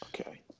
Okay